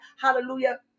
hallelujah